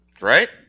Right